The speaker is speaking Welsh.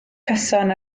cyson